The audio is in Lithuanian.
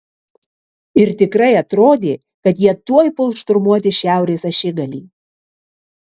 ir tikrai atrodė kad jie tuoj puls šturmuoti šiaurės ašigalį